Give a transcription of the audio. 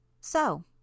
So